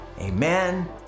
Amen